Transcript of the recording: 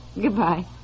Goodbye